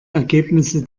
ergebnisse